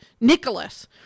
Nicholas